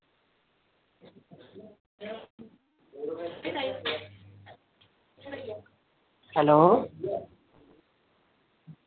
hello